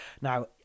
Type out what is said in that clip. Now